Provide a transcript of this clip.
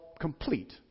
complete